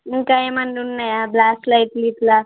ఇంకా ఏమన్న ఉన్నాయా బ్ల్యాక్లో ఇట్లా ఇట్లా